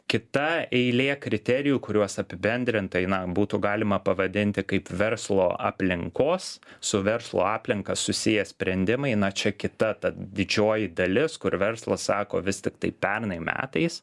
kita eilė kriterijų kuriuos apibendrintai na būtų galima pavadinti kaip verslo aplinkos su verslo aplinka susiję sprendimai na čia kita ta didžioji dalis kur verslas sako vis tiktai pernai metais